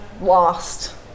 lost